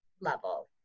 level